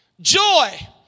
joy